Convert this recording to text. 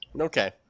Okay